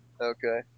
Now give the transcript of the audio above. Okay